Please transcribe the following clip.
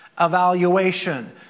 Evaluation